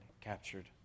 captured